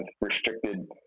restricted